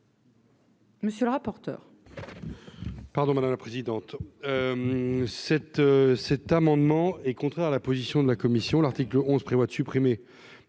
Monsieur le rapporteur.